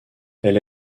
elle